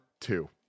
two